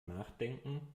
nachdenken